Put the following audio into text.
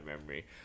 memory